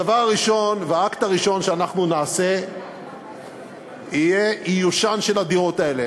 הדבר הראשון והאקט הראשון שאנחנו נעשה יהיה איושן של הדירות האלה.